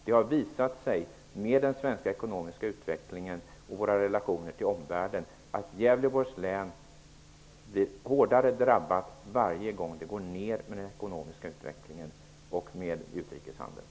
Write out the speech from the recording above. Det har visat sig i den svenska ekonomiska utvecklingen och i våra relationer till omvärlden att Gävleborgs län blir hårdast drabbat varje gång det är nedgång i den ekonomiska utvecklingen och i utrikeshandeln.